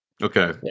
Okay